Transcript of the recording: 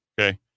Okay